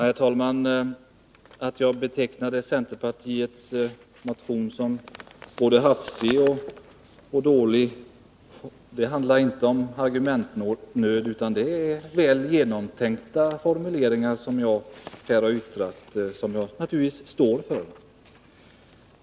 Herr talman! Att jag betecknade centerpartiets motion som både hafsig och dålig beror inte på argumentnöd. Det är väl genomtänkta formuleringar som jag här yttrat och som jag naturligtvis står för.